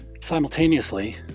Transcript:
simultaneously